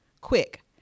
Quick